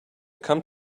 come